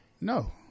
no